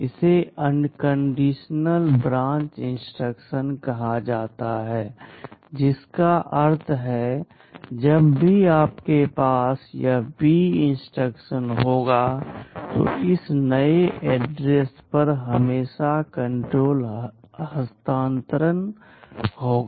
इसे unconditional branch instruction कहा जाता है जिसका अर्थ है कि जब भी आपके पास यह बी इंस्ट्रक्शन होगा तो इस नए एड्रेस पर हमेशा कण्ट्रोल हस्तांतरण होगा